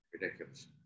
ridiculous